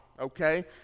okay